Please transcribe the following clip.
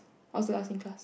I was the last in class